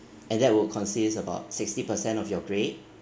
and that would consist about sixty percent of your grade